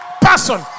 person